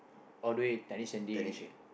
all the way technician they